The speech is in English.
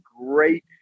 great